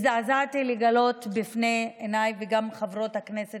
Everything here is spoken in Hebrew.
הזדעזעתי לגלות לפני עיניי, וכך גם חברות הכנסת